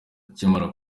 akimara